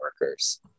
workers